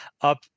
up